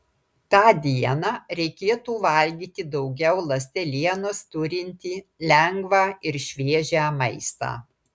tą dieną reikėtų valgyti daugiau ląstelienos turintį lengvą ir šviežią maistą